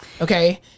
okay